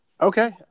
okay